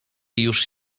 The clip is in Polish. już